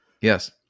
Yes